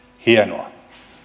hienoa